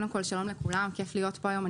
שלום לכולם, כיף להיות פה היום.